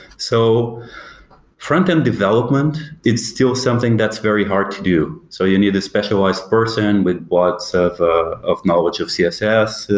so frontend development, it's still something that's very hard to do. so you need a specialized person with lots of ah of knowledge of css,